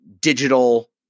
digital